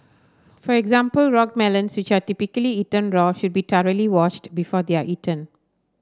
for example rock melons which are typically eaten raw should be thoroughly washed before they are eaten